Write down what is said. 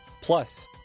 plus